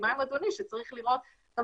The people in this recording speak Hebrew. אני מסכימה עם אדוני שצריך לראות גם